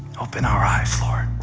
open our eyes, lord.